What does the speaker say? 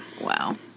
Wow